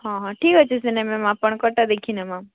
ହଁ ହଁ ଠିକ୍ ଅଛେ ସିନେ ମ୍ୟାମ୍ ଆପଣଙ୍କର୍ଟା ଦେଖିନେମା